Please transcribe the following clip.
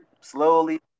slowly